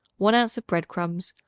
one ounce of bread-crumbs,